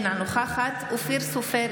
אינה נוכחת אופיר סופר,